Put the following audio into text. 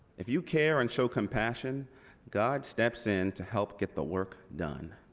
if you care and show compassion god steps in to help get the work done.